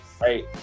right